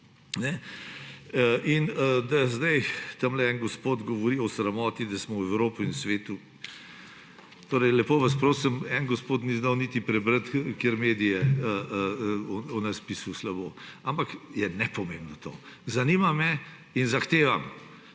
In da zdaj tam en gospod govori, da smo v sramoto Evropi in svetu, lepo vas prosim, en gospod ni znal niti prebrati, kateri medij je o nas pisal slabo, ampak je nepomembno to. Zanima me in zahtevam,